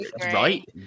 right